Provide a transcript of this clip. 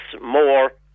more